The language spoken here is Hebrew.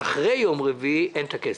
את הכסף.